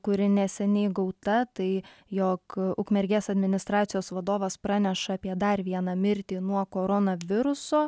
kuri neseniai gauta tai jog ukmergės administracijos vadovas praneša apie dar vieną mirtį nuo koronaviruso